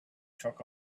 took